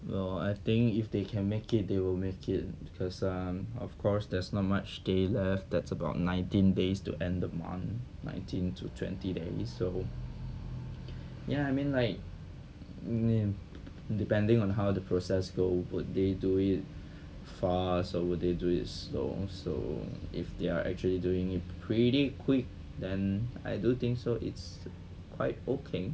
well I think if they can make it they will make it because um of course there's not much day left that's about nineteen days to end the month nineteen to twenty there is so ya I mean like hmm depending on how the process go would they do it fast or would they do it slow so if they are actually doing it pretty quick then I do think so it's quite okay